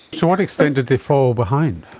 to what extent did they fall behind?